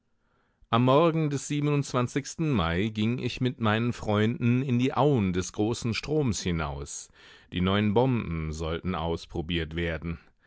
am morgen des mai ging ich mit meinen freunden in die auen des großen stroms hinaus die neuen bomben sollten ausprobiert werden